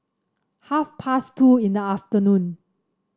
half past two in the afternoon